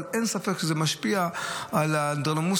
אבל אין ספק שזה משפיע על האנדרלמוסיה,